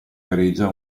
gareggia